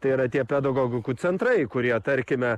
tai yra tie pedagogų centrai kurie tarkime